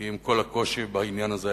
כי עם כל הקושי בעניין הזה,